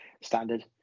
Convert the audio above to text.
Standard